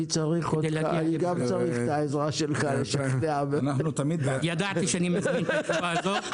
אני גם צריך את העזרה שלך בהצבעה --- ידעתי שאקבל את התשובה הזו.